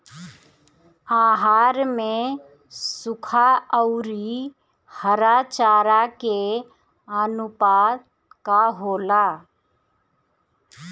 आहार में सुखा औरी हरा चारा के आनुपात का होला?